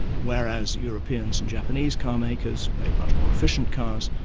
whereas europeans and japanese car makers make much more efficient cars,